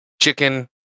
Chicken